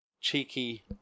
cheeky